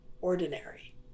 ordinary